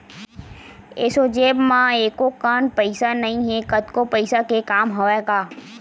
एसो जेब म एको कन पइसा नइ हे, कतको पइसा के काम हवय गा